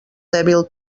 dèbil